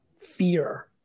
fear